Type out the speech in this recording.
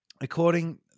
According